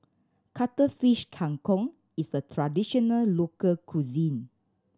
Cuttlefish Kang Kong is a traditional local cuisine